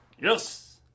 Yes